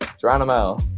geronimo